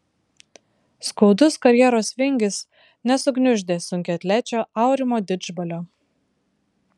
skaudus karjeros vingis nesugniuždė sunkiaatlečio aurimo didžbalio